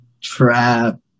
trap